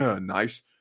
Nice